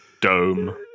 dome